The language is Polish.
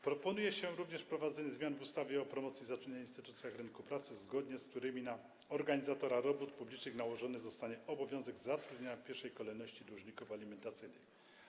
Proponuje się również wprowadzenie zmian w ustawie o promocji zatrudnienia i instytucjach rynku pracy, zgodnie z którymi na organizatora robót publicznych nałożony zostanie obowiązek zatrudniania w pierwszej kolejności dłużników alimentacyjnych.